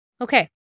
Okay